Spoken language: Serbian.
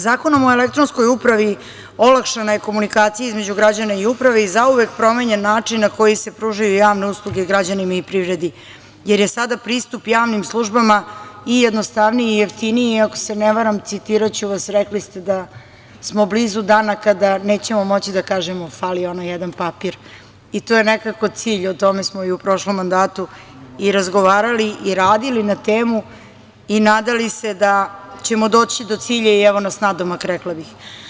Zakonom o elektronskoj upravi olakšana je komunikacija između građana i uprave i zauvek promenjen način na koji se pružaju javne usluge građanima i privredi, jer je sada pristup javnim službama i jednostavniji i jeftiniji i, ako se ne varam, citiraću vas, rekli ste da smo blizu dana kada nećemo moći da kažemo: „fali onaj jedan papir“ i to je nekako cilj, o tome smo i u prošlom mandatu i razgovarali i radili na temu i nadali se da ćemo doći do cilja i evo nas nadomak, rekla bih.